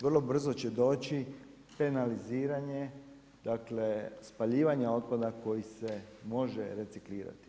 Vrlo brzo će doći penaliziranje dakle spaljivanja otpada koji se može reciklirati.